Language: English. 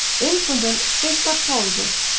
infundunt se saporibus,